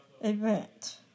event